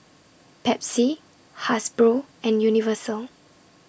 Pepsi Hasbro and Universal